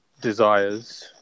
desires